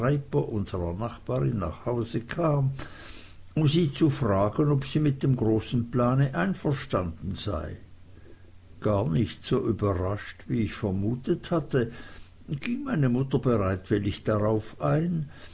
nachbarin nach hause kam um sie zu fragen ob sie mit dem großen plan einverstanden sei gar nicht so überrascht wie ich vermutet hatte ging meine mutter bereitwillig darauf ein